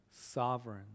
sovereign